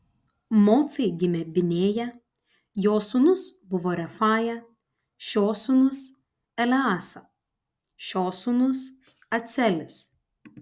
mocai gimė binėja jo sūnus buvo refaja šio sūnus eleasa šio sūnus acelis